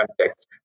context